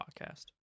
podcast